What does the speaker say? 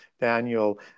Daniel